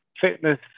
fitness